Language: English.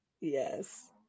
Yes